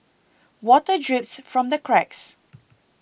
water drips from the cracks